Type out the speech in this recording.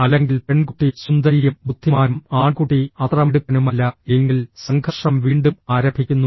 അല്ലെങ്കിൽ പെൺകുട്ടി സുന്ദരിയും ബുദ്ധിമാനും ആൺകുട്ടി അത്ര മിടുക്കനുമല്ല എ ങ്കിൽ സംഘർഷം വീണ്ടും ആരംഭിക്കുന്നു